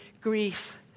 grief